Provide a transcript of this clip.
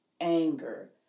anger